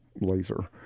laser